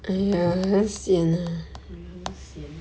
我也很 sian